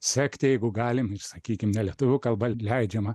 sekti jeigu galim ir sakykim nelietuvių kalba leidžiamą